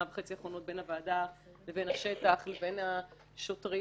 וחצי האחרונות בין הוועדה לבין השטח לבין השוטרים,